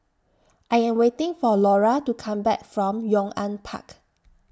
I Am waiting For Laura to Come Back from Yong An Park